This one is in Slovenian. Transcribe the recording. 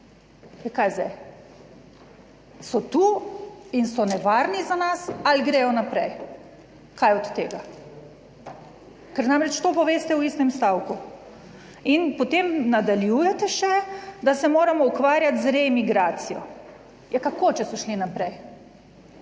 Kaj zdaj, so tu in so nevarni za nas ali gredo naprej? Kaj od tega? Ker namreč, to poveste v istem stavku in potem nadaljujete še, da se moramo ukvarjati z remigracijo. Ja kako, če so šli naprej,